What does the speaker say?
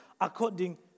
according